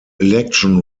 election